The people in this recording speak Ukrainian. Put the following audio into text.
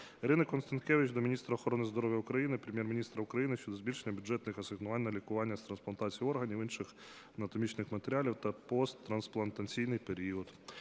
Ірини Констанкевич до міністра охорони здоров'я України, Прем'єр-міністра України щодо збільшення бюджетних асигнувань на лікування з трансплантації органів, інших анатомічних матеріалів та посттрансплантаційний період.